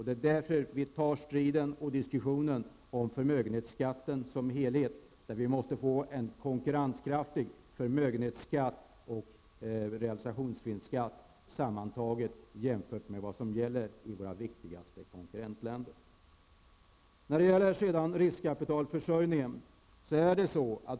Det är därför vi tar striden och diskussionen om förmögenhetsskatten som helhet. Vi måste få en konkurrenskraftig förmögenhetsskatt och en konkurrenskraftig realisationsvinstskatt jämfört med vad som gäller i våra viktigaste konkurrentländer.